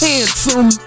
Handsome